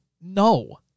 no